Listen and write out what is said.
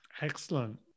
excellent